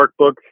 workbook